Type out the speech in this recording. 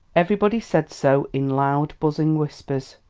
everybody said so in loud, buzzing whispers.